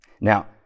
Now